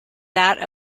that